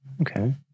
Okay